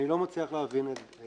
אני לא מצליח להבין את אדוני.